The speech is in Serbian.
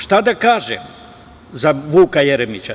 Šta da kažem za Vuka Jeremića?